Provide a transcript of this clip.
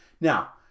Now